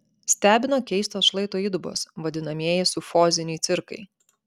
stebino keistos šlaito įdubos vadinamieji sufoziniai cirkai